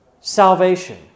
salvation